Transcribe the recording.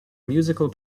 musical